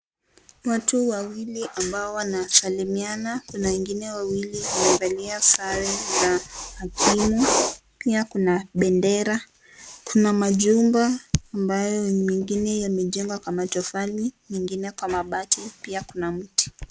Watu wawili ambao wanasalimiana na kuna wengine wawili wamevalia sare na hakimu. Pia kuna bendera. Kuna majumba ambayo mengine yamejengwa kwa matofali mengine kwa mabati. Pia kuna miti.